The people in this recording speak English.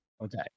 Okay